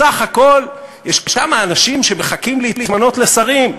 בסך הכול יש כמה אנשים שמחכים להתמנות לשרים,